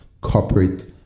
corporate